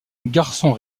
garçon